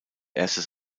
erstes